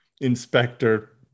inspector